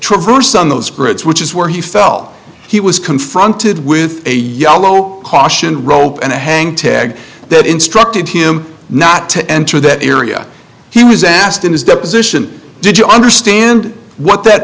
traverse on those grids which is where he felt he was confronted with a yellow caution rope and hang tag that instructed him not to enter that area he was asked in his deposition did you understand what that